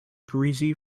greasy